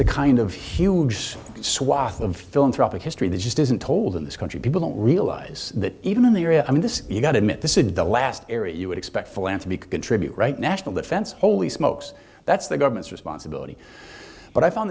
the kind of huge swath of philanthropic history that just isn't told in this country people don't realize that even in the area i mean this you've got to admit this is the last area you would expect philanthropy contribute right national defense holy smokes that's the government's responsibility but i found